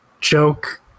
joke